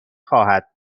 خواهد